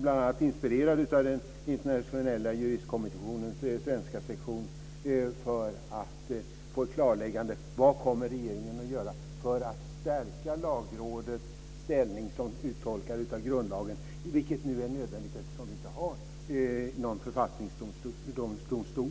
bl.a. inspirerad av den internationella juristkommissionens svenska sektion för att få ett klarläggande om vad regeringen kommer att göra för att stärka Lagrådets ställning som uttolkare av grundlagen, vilket nu är nödvändigt eftersom vi inte har någon författningsdomstol.